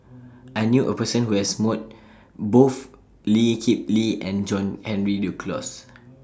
I knew A Person Who has mood Both Lee Kip Lee and John Henry Duclos